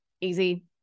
easy